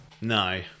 No